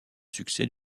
succès